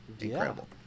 Incredible